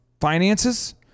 Finances